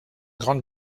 grande